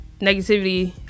negativity